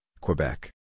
Quebec